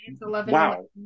wow